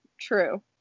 true